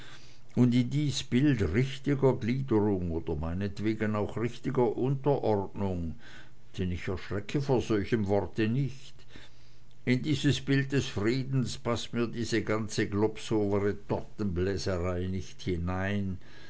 und in dies bild richtiger gliederung oder meinetwegen auch richtiger unterordnung denn ich erschrecke vor solchem worte nicht in dieses bild des friedens paßt mir diese ganze globsower retortenbläserei nicht hinein